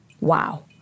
Wow